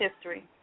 history